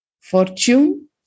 Fortune